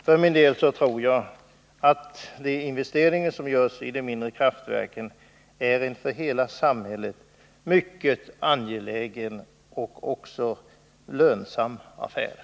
För min del tror jag att de investeringar som görs i de mindre kraftverken är en för hela samhället mycket angelägen och också lönsam satsning.